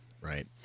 right